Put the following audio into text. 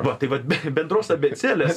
va tai vat bendros abėcėlės